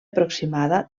aproximada